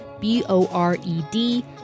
B-O-R-E-D